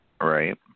Right